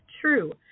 true